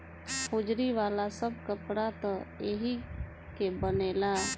hosiery वाला सब कपड़ा त एही के बनेला